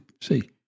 see